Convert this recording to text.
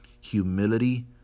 Humility